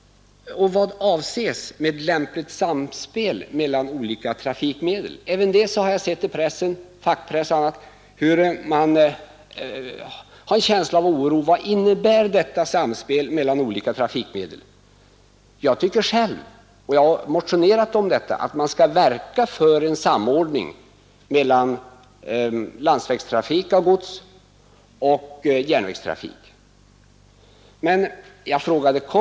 Vad avses med lämpligt samspel mellan olika trafikmedel? Jag har sett i fackpress och på andra håll att man hyser oro för detta. Jag tycker själv — jag har motionerat om det — att man skall verka för en samordning mellan landsvägstrafik av gods och järnvägstrafik.